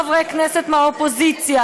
חברי כנסת מהאופוזיציה,